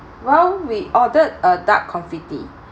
well we ordered a duck confit